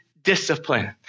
discipline